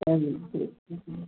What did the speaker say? പലിശ